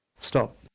stop